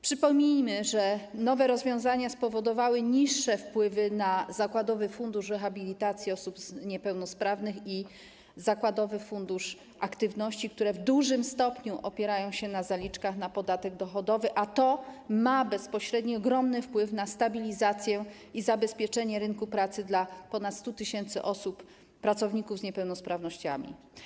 Przypomnijmy, że nowe rozwiązania spowodowały niższe wpływy, jeśli chodzi o zakładowy fundusz rehabilitacji osób niepełnosprawnych i zakładowy fundusz aktywności, które w dużym stopniu opierają się na zaliczkach na podatek dochodowy, a to ma bezpośredni ogromny wpływ na stabilizację i zabezpieczenie rynku pracy dla ponad 100 tys. osób, pracowników z niepełnosprawnościami.